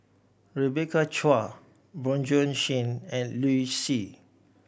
Rebecca Chua Bjorn Shen and Liu Si